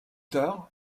tard